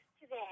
today